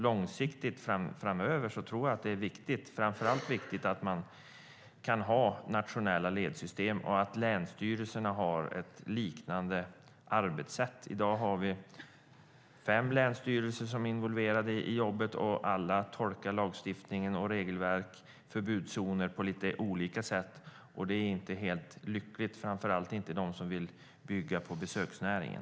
Långsiktigt är det viktigt att ha nationella ledsystem och att länsstyrelserna har liknande arbetssätt. I dag är fem länsstyrelser involverade. Alla tolkar lagstiftning, regelverk och förbudszoner på lite olika sätt. Det är inte helt lyckligt, framför allt inte för dem som vill bygga upp besöksnäringen.